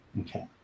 Okay